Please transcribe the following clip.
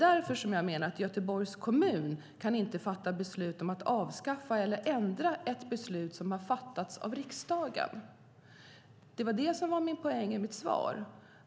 Därför menar jag att Göteborgs kommun inte kan fatta beslut om att avskaffa eller ändra ett beslut som har fattats av riksdagen. Det var poängen i mitt svar.